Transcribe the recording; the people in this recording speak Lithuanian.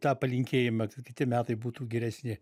tą palinkėjimą kad kiti metai būtų geresni